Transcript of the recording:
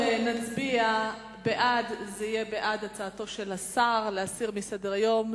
נצביע כך: בעד זה יהיה בעד הצעתו של השר להסיר מסדר-היום,